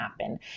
happen